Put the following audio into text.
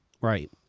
right